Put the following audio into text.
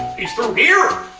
he's through here?